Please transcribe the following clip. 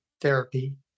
therapy